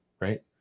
right